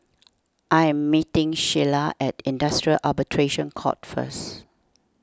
I am meeting Sheilah at Industrial Arbitration Court first